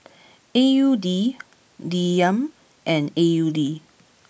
A U D Dirham and A U D